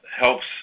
helps